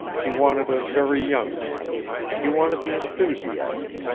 he wanted a very young man he wanted the enthusiasm,